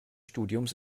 studiums